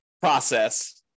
process